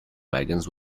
wagons